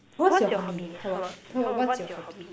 what's your hobby how about no what's your hobby